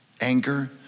anger